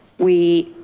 we